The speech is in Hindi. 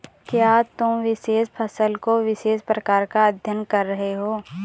क्या तुम विशेष फसल के विशेष प्रकार का अध्ययन कर रहे हो?